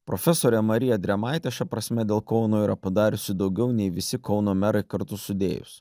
profesorė marija drėmaitė šia prasme dėl kauno yra padariusi daugiau nei visi kauno merai kartu sudėjus